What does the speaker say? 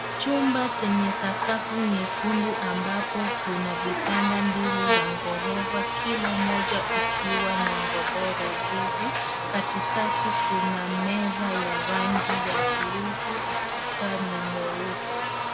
Chumba chenye sakafu nyekundu ambapo kuna vitanda mbili za ghorofa kila moja ikiwa na godoro juu. Katikati kuna meza ya buluu. Ukuta ni mweupe.